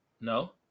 No